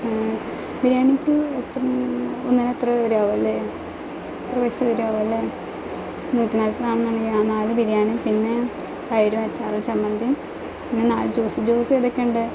ബിരിയാണിക്ക് ഒന്നിന് എത്ര രൂപ ആകും അല്ലേ അത്ര പൈസ വരെയാവൂലെ നൂറ്റി നാൽപ്പത് ആണെന്നുണ്ടെങ്കിൽ ആ നാല് ബിരിയാണിയും പിന്നെ തൈര് അച്ചാറും ചമ്മന്തീം പിന്നെ നാല് ജൂസ്സും ജൂസ് ഏതൊക്കെയുണ്ട്